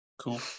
Cool